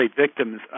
victims